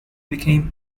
became